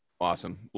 awesome